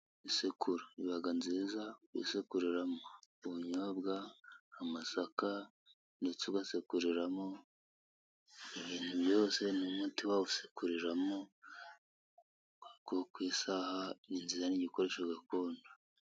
Isekuru ibaga nziza kuyi sekururamo, ubunyobwa, amasaka ndetse ugasekuriramo ibintu byose, n'umuti wawusekuriramoko kuko isekuru ni nziza n'igikoresho gakondo.